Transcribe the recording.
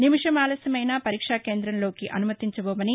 నిమిషం ఆలస్యమైనా పరీక్ష కేంద్రంలోనికి అనుమతించబోమని